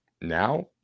Now